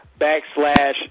backslash